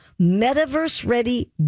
metaverse-ready